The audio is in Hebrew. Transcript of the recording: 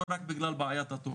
לא רק בגלל בעיית התור.